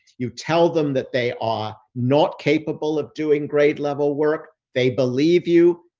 you tell them that they are not capable of doing grade level work. they believe you.